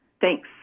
Thanks